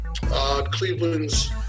Cleveland's